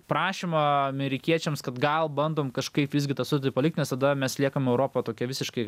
prašymą amerikiečiams kad gal bandom kažkaip visgi tą sutartį palikt nes tada mes liekam europa tokia visiškai